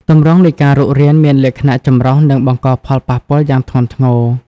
ទម្រង់នៃការរុករានមានលក្ខណៈចម្រុះ និងបង្កផលប៉ះពាល់យ៉ាងធ្ងន់ធ្ងរ។